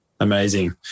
Amazing